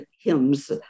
hymns